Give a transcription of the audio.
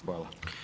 Hvala.